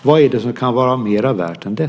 Vad kan vara mera värt än det?